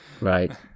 right